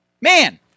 man